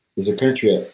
there's a country, ah